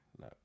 no